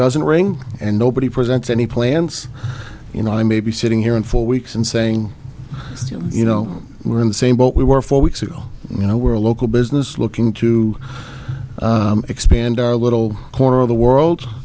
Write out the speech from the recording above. doesn't ring and nobody present any plans you know i may be sitting here in four weeks and saying you know we're in the same boat we were four weeks ago you know we're a local business looking to expand our little corner of the world